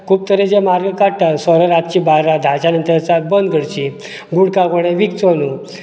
खूब तरेचे मार्ग काडटात सोरो बार्रां धाचे नंतर बंद करची गुटका कोणे विकचो न्हू